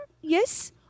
Yes